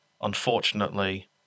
unfortunately